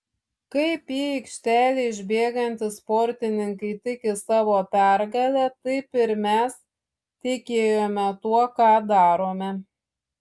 kaip į aikštelę išbėgantys sportininkai tiki savo pergale taip ir mes tikėjome tuo ką darome